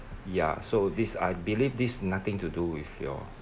ya so this I believe this nothing to do with your